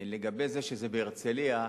לגבי זה שזה בהרצלייה,